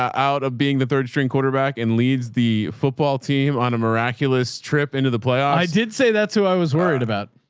out of being the third string quarterback and leads the football team on a miraculous trip into the playoffs did say that too. i was worried about,